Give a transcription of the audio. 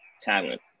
talent